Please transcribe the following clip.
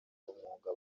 umwuga